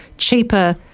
cheaper